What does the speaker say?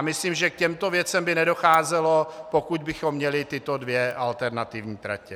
Myslím, že k těmto věcem by nedocházelo, pokud bychom měli tyto dvě alternativní tratě.